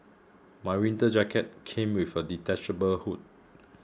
my winter jacket came with a detachable hood